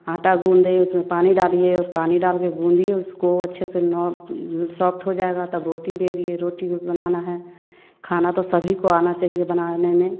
आटा गूंथे उसमें पानी डालिए और पानी डाल के गूथिए उसको अच्छे नर्म सॉफ्ट हो जाएगा तब रोटी बेलिए रोटी को बनाना है खाना तो सभी को आना चाहिए बनाने में